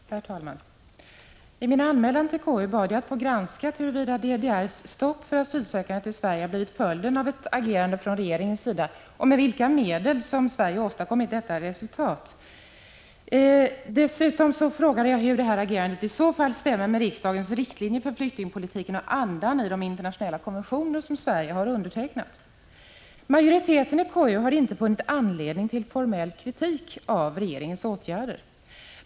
Herr talman! I min anmälan till KU bad jag att få granskat huruvida DDR:s stopp för asylsökande till Sverige blivit följden av ett agerande från regeringens sida och med vilka medel Sverige åstadkommit detta resultat. Dessutom frågade jag hur detta agerande i så fall stämmer med riksdagens riktlinjer för flyktingpolitiken och andan i de internationella konventioner som Sverige har undertecknat. Majoriteten i KU har inte funnit anledning till formell kritik av regeringens åtgärder.